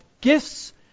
gifts